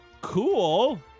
Cool